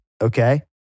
okay